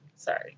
Sorry